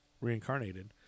reincarnated